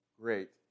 great